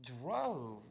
drove